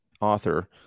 author